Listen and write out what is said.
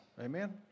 Amen